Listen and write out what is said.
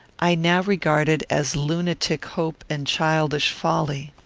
i now regarded as lunatic hope and childish folly.